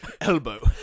elbow